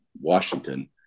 Washington